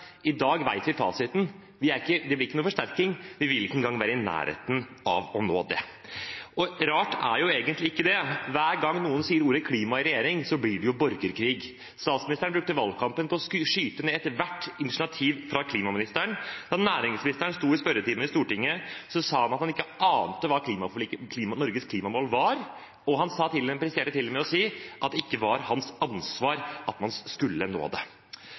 I dag kjenner vi fasiten. Det blir ikke noen forsterkning. Vi vil ikke engang være i nærheten av å nå det. Rart er egentlig ikke det. Hver gang noen sier ordet «klima» i regjeringen, blir det jo borgerkrig. Statsministeren brukte valgkampen på å skyte ned ethvert initiativ fra klimaministeren. Da næringsministeren sto i spørretimen i Stortinget, sa han at han ikke ante hva Norges klimamål var, og han presterte til og med å si at det ikke var hans ansvar at man skulle nå dem. Gjennom vårsesjonen ble det